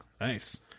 nice